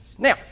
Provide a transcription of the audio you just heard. Now